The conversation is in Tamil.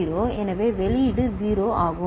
எனவே வெளியீடு 0 ஆகும்